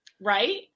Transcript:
Right